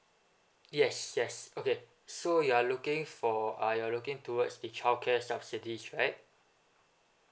yes yes okay so you are looking for uh you're looking towards the childcare subsidies right